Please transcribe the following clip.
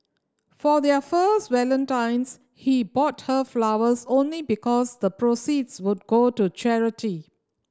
for their first Valentine's he bought her flowers only because the proceeds would go to charity